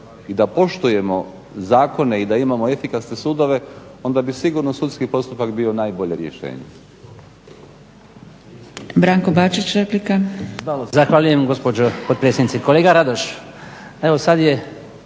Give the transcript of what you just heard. i da poštujemo zakone i da imamo efikasne sudove onda bi sigurno sudski postupak bio najbolje rješenje.